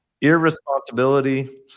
Irresponsibility